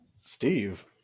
Steve